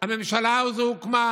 הממשלה הזאת הוקמה